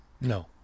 no